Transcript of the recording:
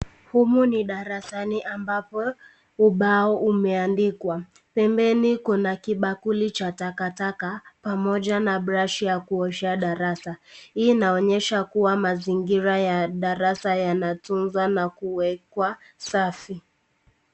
Humu ni darasani ambapo ubao imeandikwa, Pembeni Kuna kibakuli cha takataka pamoja na brashi ya kuoshea darasa, Hii inaonyesha kuwa mazingira ya darasa yanatunzwa na kuwekwa safi.